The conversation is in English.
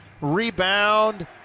Rebound